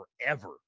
forever